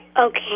Okay